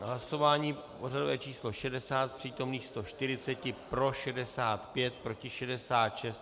Hlasování pořadové číslo 60, z přítomných 140 pro 65, proti 66.